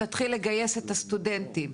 להתחיל לגייס את הסטודנטים.